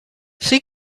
see